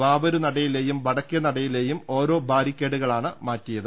വാവരുനടയിലെയും വടക്കെ നടയിലെയും ഓരോ ബാരിക്കേ ഡു ക ളാണ് മാറ്റിയത്